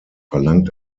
verlangt